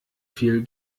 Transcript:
viel